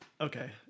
Okay